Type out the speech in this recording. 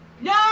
No